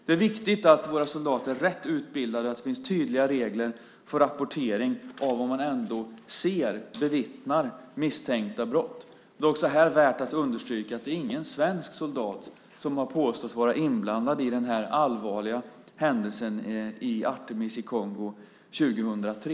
Det är viktigt att våra soldater är rätt utbildade och att det finns tydliga regler för rapportering om man ändå ser, bevittnar, misstänkta brott. Det är också här värt att understryka att ingen svensk soldat har påståtts vara inblandad i den allvarliga händelsen med Artemis i Kongo 2003.